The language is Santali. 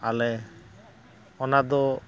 ᱟᱞᱮ ᱚᱱᱟ ᱫᱚ